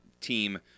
team